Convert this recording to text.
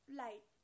light